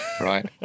right